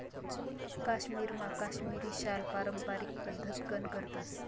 काश्मीरमा काश्मिरी शाल पारम्पारिक पद्धतकन करतस